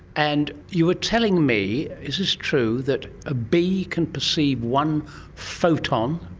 and you were telling me is this true? that a bee can perceive one photon,